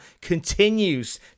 continues